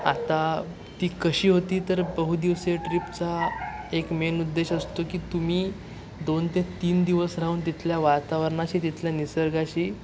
आता ती कशी होती तर बहुदिवसीय ट्रिपचा एक मेन उद्देश असतो की तुम्ही दोन ते तीन दिवस राहून तिथल्या वातावरणाशी तिथल्या निसर्गाशी